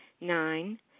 Nine